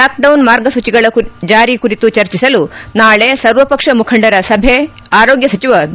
lockdown ಮಾರ್ಗಸೂಚಿಗಳ ಜಾರಿ ಕುರಿತು ಚರ್ಚಿಸಲು ನಾಳೆ ಸರ್ವಪಕ್ಷ ಮುಖಂಡರ ಸಭೆ ಆರೋಗ್ಯ ಸಚಿವ ಬಿ